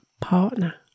partner